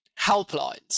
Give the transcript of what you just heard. helplines